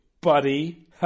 buddy